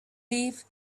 live